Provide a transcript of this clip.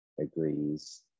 agrees